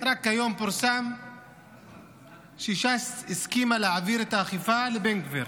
רק היום פורסם שש"ס הסכימה להעביר את האכיפה לבן גביר